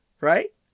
right